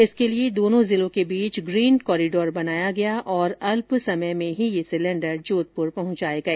इसके लिए दोनों जिलों के बीच ग्रीन कॉरीडोर बनाया गया और अल्प समय में ही ये सिलेंडर जोधपुर पहुंचाए गए